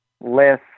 less